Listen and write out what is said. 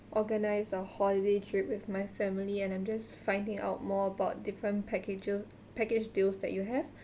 organise a holiday trip with my family and I'm just finding out more about different packages package deals that you have